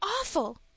awful